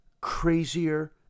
Crazier